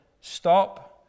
stop